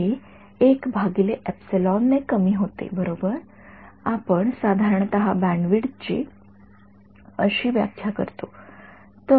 हे ने कमी होते बरोबर आपण साधारणतः बँडविड्थ ची अशी व्याख्या करतो